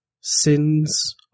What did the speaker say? sins